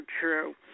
true